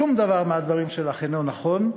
שום דבר מהדברים שלך אינו נכון,